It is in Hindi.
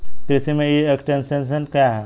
कृषि में ई एक्सटेंशन क्या है?